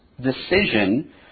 decision